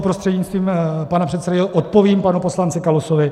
Prostřednictvím pana předsedajícího odpovím panu poslanci Kalousovi.